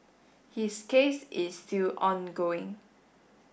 his case is still ongoing